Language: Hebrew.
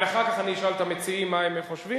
אחר כך אני אשאל את המציעים מה הם חושבים,